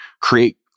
create